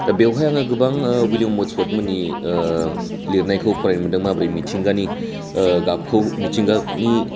दा बेवहाय आङो गोबां विलियाम व'र्डसवर्डमोननि लिरनायखौ फरायनो मोनदों माब्रै मिथिंगानि गाबखौ मिथिंगानि